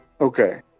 Okay